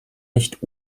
nicht